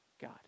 God